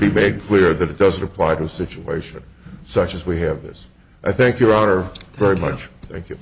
be make clear that it doesn't apply to a situation such as we have this i think your honor very much thank you